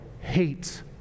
hates